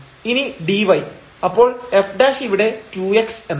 ഇനി dy അപ്പോൾ f ഇവിടെ 2 x എന്നാണ്